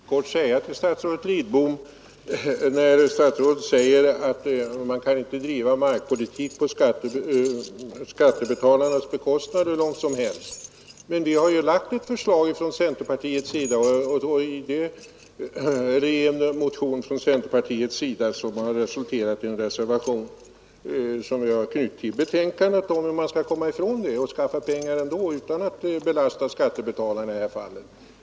Herr talman! Låt mig helt kort svara statsrådet Lidbom, när statsrådet säger att man inte kan driva markpolitik på skattebetalarnas bekostnad hur långt som helst. Jag vill då erinra om att centerpartiet har framlagt ett förslag — i en motion, som har resulterat i en reservation vilken vi har knutit till betänkandet — om hur man genom ett avgiftssystem skall kunna skaffa pengar utan att belasta skattebetalarna i det här fallet.